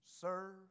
serve